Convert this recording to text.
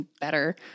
better